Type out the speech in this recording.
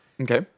Okay